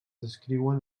descriuen